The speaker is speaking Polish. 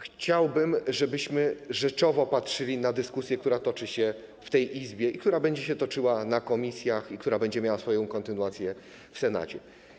Chciałbym, żebyśmy rzeczowo patrzyli na dyskusję, która toczy się w tej Izbie i która będzie się toczyła na posiedzeniach komisji i będzie miała swoją kontynuację w Senacie.